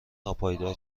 ناپایدار